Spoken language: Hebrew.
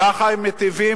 כך הם מיטיבים?